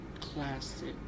classic